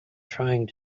trying